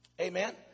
amen